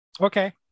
okay